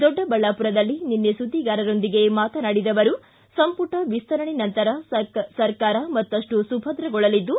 ದೊಡ್ಡಬಳ್ಳಾಪುರದಲ್ಲಿ ನಿನ್ನೆ ಸುದ್ದಿಗಾರರೊಂದಿಗೆ ಮಾತನಾಡಿದ ಅವರು ಸಂಪುಟ ವಿಸ್ತರಣೆ ನಂತರ ಸರ್ಕಾರ ಮತ್ತಷ್ಟು ಸುಭದ್ರಗೊಳ್ಳಲಿದ್ದು